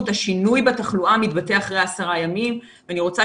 השינוי בתחלואה מתבטא אחרי עשרה ימים ואני רוצה